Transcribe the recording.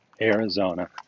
Arizona